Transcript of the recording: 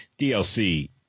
DLC